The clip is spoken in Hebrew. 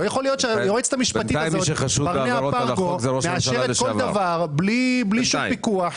לא יכול להיות שהיועצת המשפטית ברנע-פרגו מאשרת כל דבר בלי שום פיקוח.